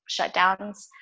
shutdowns